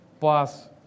pass